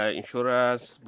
Insurance